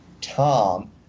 Tom